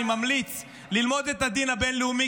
אני ממליץ ללמוד את הדין הבין-לאומי,